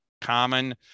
common